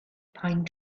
pine